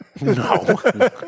no